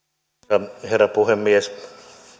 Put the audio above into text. arvoisa herra puhemies